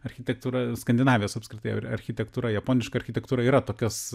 architektūra skandinavijos apskritai architektūra japoniška architektūra yra tokios